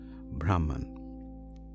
Brahman